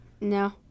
No